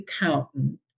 accountant